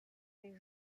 des